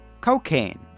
Cocaine